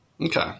Okay